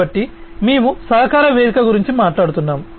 కాబట్టి మేము సహకార వేదిక గురించి మాట్లాడుతున్నాము